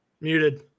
Muted